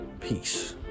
Peace